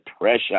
pressure